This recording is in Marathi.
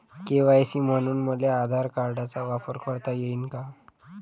के.वाय.सी म्हनून मले आधार कार्डाचा वापर करता येईन का?